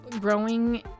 growing